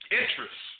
interest